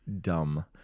dumb